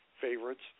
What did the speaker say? favorites